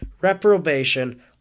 reprobation